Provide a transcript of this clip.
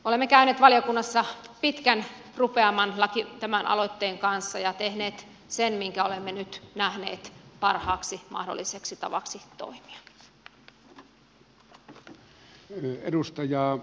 olemme käyneet valiokunnassa pitkän rupeaman tämän aloitteen kanssa ja tehneet sen minkä olemme nyt nähneet parhaaksi mahdolliseksi tavaksi toimia